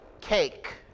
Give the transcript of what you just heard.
cake